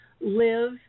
live